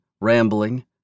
rambling